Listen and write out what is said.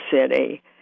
city